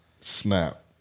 Snap